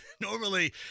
normally